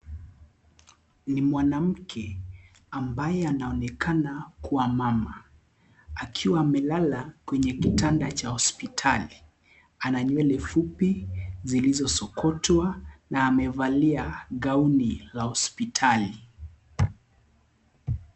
Ni mwanamke ambaye anaonekana kuwa mama akiwa amelala kwenye kitanda cha hospitali ana nywele fupi zilizo sokotwa na amevalia gauni za hospitali.